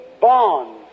Bond